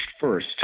First